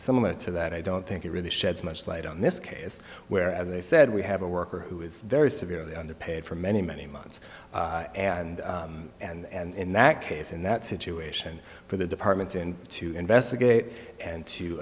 similar to that i don't think it really sheds much light on this case where as they said we have a worker who is very severely underpaid for many many months and and in that case in that situation for the department and to investigate and to